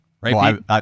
right